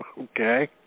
Okay